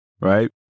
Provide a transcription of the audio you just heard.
right